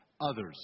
others